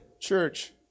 church